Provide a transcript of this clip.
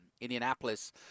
Indianapolis